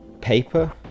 paper